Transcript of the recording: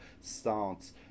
starts